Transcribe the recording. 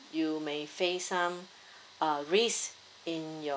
you may face some ah risks in your